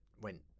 went